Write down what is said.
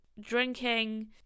drinking